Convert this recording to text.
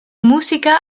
música